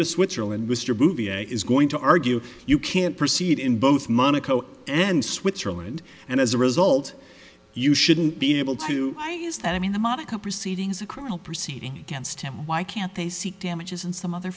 to switzerland mr bouvier is going to argue you can't proceed in both monaco and switzerland and as a result you shouldn't be able to i is that i mean the monaco proceedings a criminal proceeding against him why can't they seek damages in some other